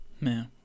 Man